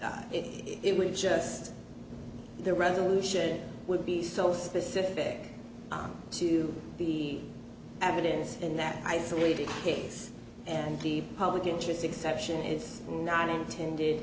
it was just the resolution would be so specific to the evidence in that isolated case and the public interest exception is not intended